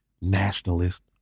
nationalist